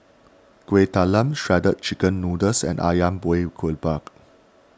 Kuih Talam Shredded Chicken Noodles and Ayam Buah Keluak